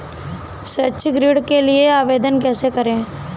शैक्षिक ऋण के लिए आवेदन कैसे करें?